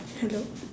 hello